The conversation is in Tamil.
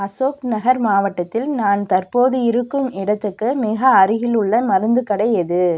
அசோக்நகர் மாவட்டத்தில் நான் தற்போது இருக்கும் இடத்துக்கு மிக அருகிலுள்ள மருந்துக் கடை எது